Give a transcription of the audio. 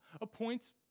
appoints